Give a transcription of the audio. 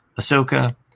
Ahsoka